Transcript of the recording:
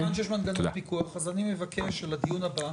כיוון שיש מנגנון פיקוח אז אני מבקש שלדיון הבא